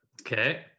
Okay